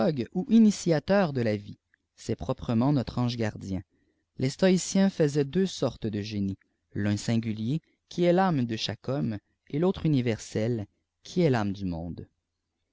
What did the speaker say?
ou initieeur de la vie ceijt proprement notre nge gardien les stoïciens msaiem tfeuf yttëi de génies l'un singulier qui est l'âme dé ëhtque hblîlitoè ëttautre universel qui est l'âme du mdndé